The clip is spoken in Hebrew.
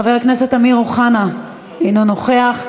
חבר הכנסת אמיר אוחנה, אינו נוכח.